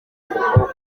kuko